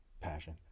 passion